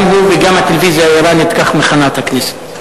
גם הוא וגם הטלוויזיה האירנית כך מכנים את הכנסת,